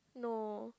no